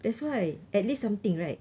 that's why at least something right